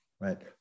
right